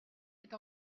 est